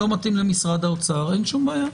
לא מתאים למשרד האוצר אין בעיה.